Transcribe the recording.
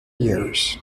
years